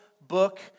book